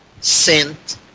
sent